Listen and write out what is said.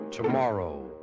Tomorrow